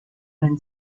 and